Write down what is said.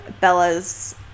Bella's